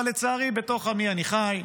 אבל לצערי, בתוך עמי אני חי.